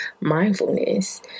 mindfulness